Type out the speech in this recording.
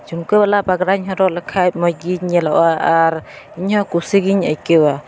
ᱡᱷᱩᱢᱠᱟᱹ ᱵᱟᱞᱟ ᱯᱟᱸᱜᱽᱨᱟᱧ ᱦᱚᱨᱚᱜ ᱞᱮᱠᱷᱟᱡ ᱢᱚᱡᱽ ᱜᱤᱧ ᱧᱮᱞᱚᱜᱼᱟ ᱟᱨ ᱤᱧ ᱦᱚᱸ ᱠᱩᱥᱤᱜᱤᱧ ᱟᱹᱭᱠᱟᱹᱣᱟ